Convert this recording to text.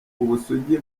ubusugi